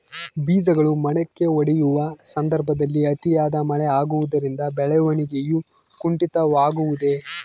ಬೇಜಗಳು ಮೊಳಕೆಯೊಡೆಯುವ ಸಂದರ್ಭದಲ್ಲಿ ಅತಿಯಾದ ಮಳೆ ಆಗುವುದರಿಂದ ಬೆಳವಣಿಗೆಯು ಕುಂಠಿತವಾಗುವುದೆ?